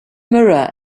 mirror